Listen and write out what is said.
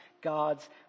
God's